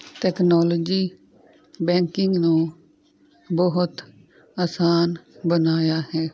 technology banking ਨੂੰ ਬਹੁਤ ਆਸਾਨ ਬਣਾਇਆ ਹੈ